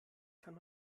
kann